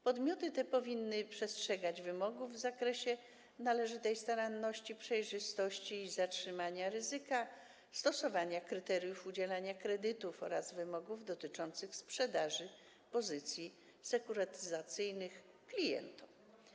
Podmioty te powinny przestrzegać wymogów w zakresie należytej staranności, przejrzystości, zatrzymania ryzyka i stosowania kryteriów udzielania kredytów oraz wymogów dotyczących sprzedaży pozycji sekurytyzacyjnych klientom.